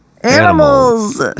animals